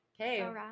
Okay